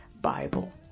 Bible